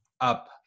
up